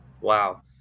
Wow